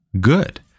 good